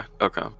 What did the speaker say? okay